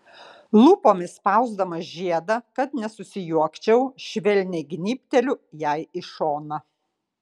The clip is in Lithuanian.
lūpomis spausdamas žiedą kad nesusijuokčiau švelniai gnybteliu jai į šoną